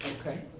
Okay